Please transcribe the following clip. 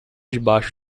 debaixo